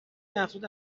افزود